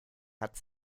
hat